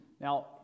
Now